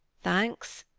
thanks.